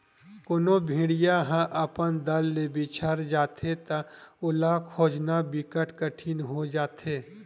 कोनो भेड़िया ह अपन दल ले बिछड़ जाथे त ओला खोजना बिकट कठिन हो जाथे